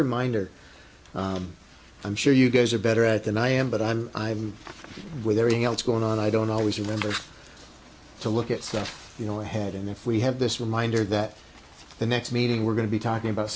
reminder i'm sure you guys are better at than i am but i'm i'm with everything else going on i don't always remember to look at stuff you know ahead and if we have this reminder that the next meeting we're going to be talking about